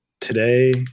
today